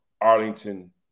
Arlington